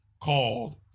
called